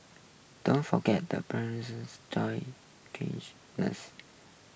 don't forget the joy